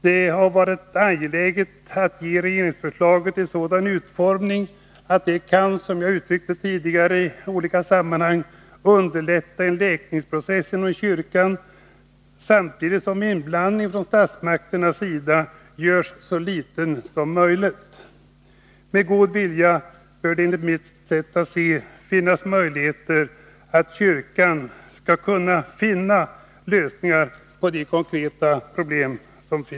Det har därför varit särskilt angeläget att ge regeringsförslaget en sådan utformning att det kan, som jag har sagt tidigare i olika sammanhang, underlätta en läkningsprocess inom kyrkan samtidigt som inblandningen från statsmakternas sida görs så liten som möjligt. Med god vilja bör det vara möjligt att inom kyrkan finna lösningar på de konkreta problemen.